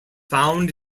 found